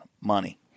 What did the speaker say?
money